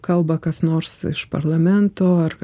kalba kas nors iš parlamento ar